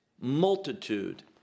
multitude